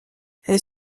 est